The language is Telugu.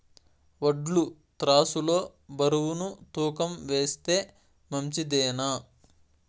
వడ్లు త్రాసు లో బరువును తూకం వేస్తే మంచిదేనా?